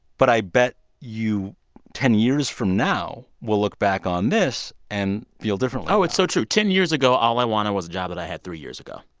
but i bet you ten years from now, we'll look back on this and feel differently oh, it's so true. ten years ago, all i wanted was a job that i had three years ago.